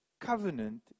covenant